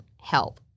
Help